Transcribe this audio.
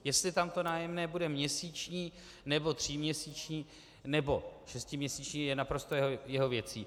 Jestli tam nájemné bude měsíční, nebo tříměsíční, nebo šestiměsíční je naprosto jeho věcí.